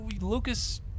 Lucas